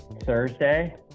Thursday